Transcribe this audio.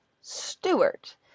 Stewart